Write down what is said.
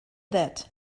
that